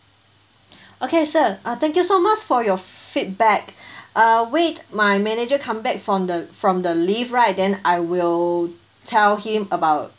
okay sir uh thank you so much for your f~ feedback uh wait my manager come back from the from the leave right then I will tell him about